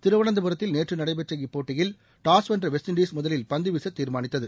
திருவனந்தபுரத்தில் நேற்று நடைபெற்ற இப்போட்டியில் டாஸ் வென்ற வெஸ்ட் இண்டஸ் முதலில் பந்து வீசத் தீர்மானித்தது